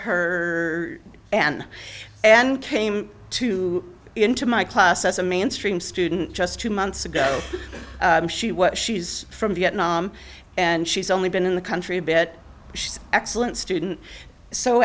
her an and came to into my class as a mainstream student just two months ago she's from vietnam and she's only been in the country a bit excellent student so